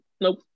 Nope